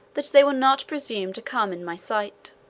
that they will not presume to come in my sight.